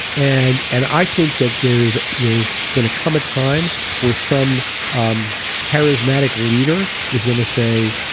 and and i think that there's there's going to come a time where some um charismatic leader is going to say,